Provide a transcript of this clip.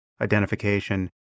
identification